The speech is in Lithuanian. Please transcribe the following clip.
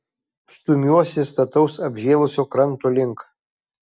stumiuosi stataus apžėlusio kranto link